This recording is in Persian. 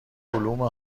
علوم